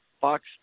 Fox